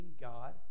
God